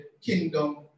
kingdom